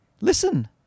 Listen